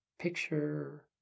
Picture